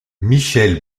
michel